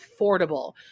affordable